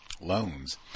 loans